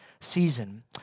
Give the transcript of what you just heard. season